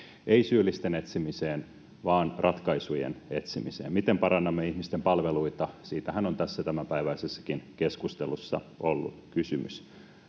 ei syyllisten etsimiseen vaan ratkaisujen etsimiseen, miten parannamme ihmisten palveluita. Siitähän on tässä tämänpäiväisessäkin keskustelussa ollut kysymys.